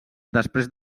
després